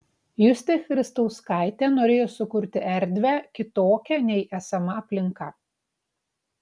justė christauskaitė norėjo sukurti erdvę kitokią nei esama aplinka